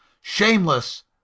Shameless